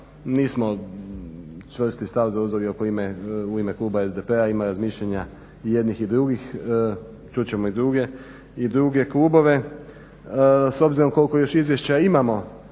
Nismo čvrsti stav zauzeli u ime Kluba SDP-a, ima razmišljanja jednih i drugih. Čut ćemo i druge klubove. S obzirom koliko još izvješća imamo,